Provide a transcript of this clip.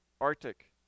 Arctic